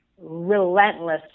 relentless